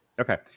Okay